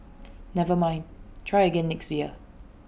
never mind try again next year